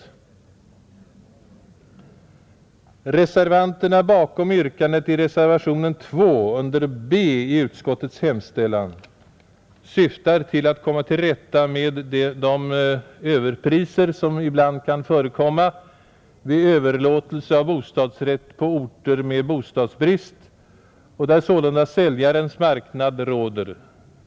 Reservanterna bakom yrkandet i reservationen 2 under B i utskottets hemställan syftar till att komma till rätta med de överpriser som ibland kan förekomma vid överlåtelse av bostadsrätt på orter med bostadsbrist och där sålunda säljarens marknad råder.